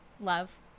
Love